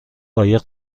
قایق